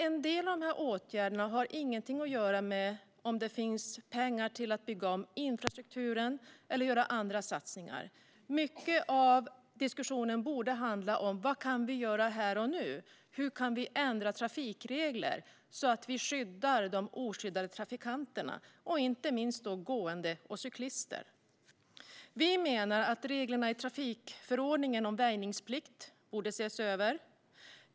En del av dessa åtgärder har inget att göra med huruvida det finns pengar att bygga om infrastrukturen eller göra andra satsningar. Diskussionen borde till stor del handla om vad vi kan göra här och nu. Hur kan vi ändra trafikregler så att vi skyddar de oskyddade trafikanterna, inte minst gående och cyklister? Vi menar att reglerna i trafikförordningen om väjningsplikt borde ses över.